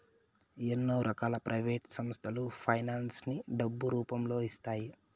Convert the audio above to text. ఎన్నో రకాల ప్రైవేట్ సంస్థలు ఫైనాన్స్ ని డబ్బు రూపంలో ఇస్తాయి